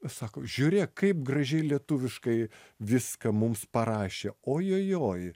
sako žiūrėk kaip gražiai lietuviškai viską mums parašė ojojoi